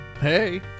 Hey